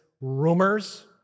rumors